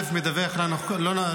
מדווח לא נכון,